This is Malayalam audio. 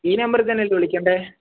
ഈ നമ്പറിൽ തന്നെയല്ലേ വിളിക്കേണ്ടത്